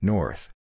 North